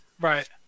right